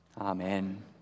Amen